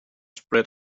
spread